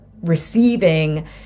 receiving